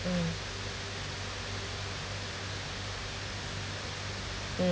mm mm